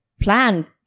plan